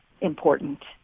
important